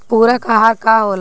पुरक अहार का होला?